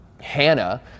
Hannah